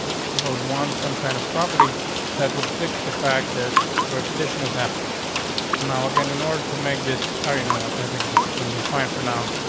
so i would want some kind of property that would fix the fact that repetition is happening now again, in order to make this are you know what? i think this is gonna be fine for now.